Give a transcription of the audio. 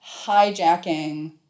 hijacking